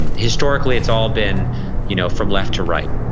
and historically it's all been you know from left to right.